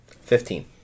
Fifteen